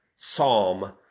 psalm